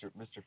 Mr